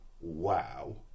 wow